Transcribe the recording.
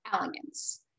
elegance